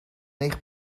eich